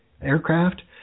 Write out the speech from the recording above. aircraft